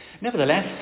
Nevertheless